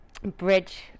bridge